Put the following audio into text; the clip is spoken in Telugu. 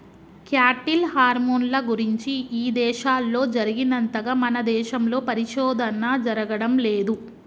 క్యాటిల్ హార్మోన్ల గురించి ఇదేశాల్లో జరిగినంతగా మన దేశంలో పరిశోధన జరగడం లేదు